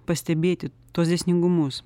pastebėti tuos dėsningumus